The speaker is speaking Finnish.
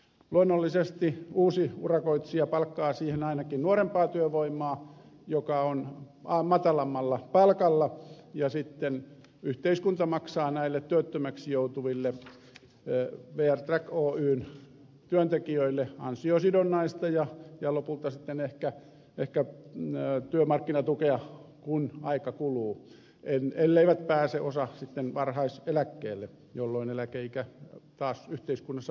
luonnollisesti uusi urakoitsija palkkaa siihen ainakin nuorempaa työvoimaa matalammalla palkalla ja sitten yhteiskunta maksaa näille työttömäksi joutuville vr track oyn työntekijöille ansiosidonnaista ja lopulta sitten ehkä työmarkkinatukea kun aika kuluu ellei heistä osa pääse sitten varhaiseläkkeelle jolloin eläkeikä yhteiskunnassa taas vähän alenee